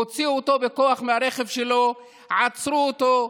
הוציאו אותו בכוח מהרכב שלו, עצרו אותו,